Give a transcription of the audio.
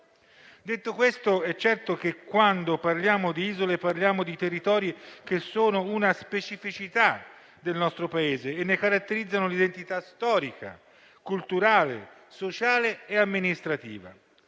Detto questo, è certo che quando parliamo di isole parliamo di territori che sono una specificità del nostro Paese e ne caratterizzano l'identità storica, culturale, sociale e amministrativa.